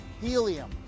helium